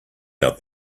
out